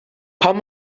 pam